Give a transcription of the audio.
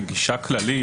כגישה כללית,